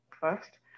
first